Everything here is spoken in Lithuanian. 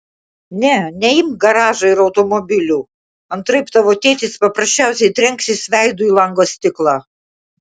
ne neimk garažo ir automobilių antraip tavo tėtis paprasčiausiai trenksis veidu į lango stiklą